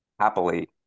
happily